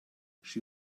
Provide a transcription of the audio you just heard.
she